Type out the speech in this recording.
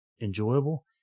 enjoyable